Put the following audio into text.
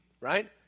right